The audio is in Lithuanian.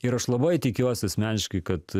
ir aš labai tikiuosi asmeniškai kad